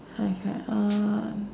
okay um